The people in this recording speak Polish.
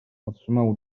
otrzymał